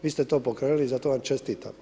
Vi ste to pokrenuli i zato vam čestitam.